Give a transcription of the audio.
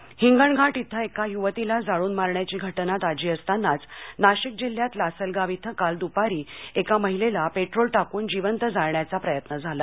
नाशिक हिंगणघाट इथं एका युवतीला जाळून मारण्याची घटना ताजी असतानाच नाशिक जिल्ह्यात लासलगाव इथं काल दुपारी एका महिलेला पेट्रोल टाकून जिवंत जाळण्याचा प्रयत्न झाला